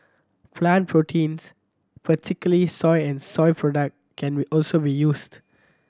plant proteins particularly soy and soy product can also be used